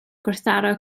gwrthdaro